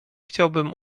chciałbym